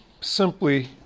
simply